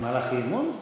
במהלך אי-אמון?